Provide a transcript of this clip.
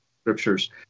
scriptures